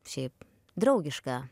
šiaip draugiška